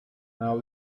now